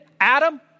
Adam